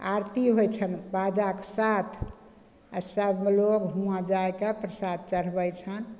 आरती होइ छनि बाजाके साथ आओर सबलोग हुँवा जा कऽ प्रसाद चढ़बय छनि